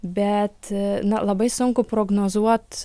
bet labai sunku prognozuot